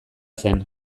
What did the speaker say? zen